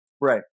Right